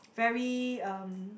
very um